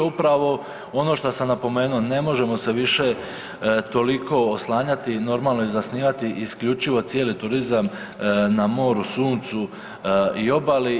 Upravo ono što sam napomenuo, ne možemo se više toliko oslanjati i normalno zasnivati isključivo cijeli turizam na moru, suncu i obali.